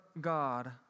God